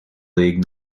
league